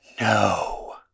no